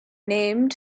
named